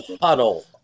puddle